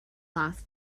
last